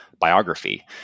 biography